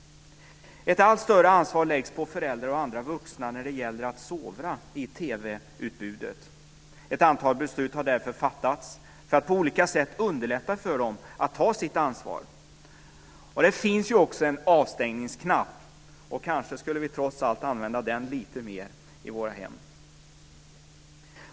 Ett allt större ansvar läggs på föräldrar och andra vuxna när det gäller att sovra i TV-utbudet. Ett antal beslut har därför fattats för att på olika sätt underlätta för dem att ta sitt ansvar. Det finns ju också en avstängningsknapp, och kanske skulle vi trots allt använda den lite mer i våra hem.